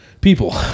People